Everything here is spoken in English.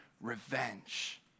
revenge